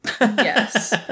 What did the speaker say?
Yes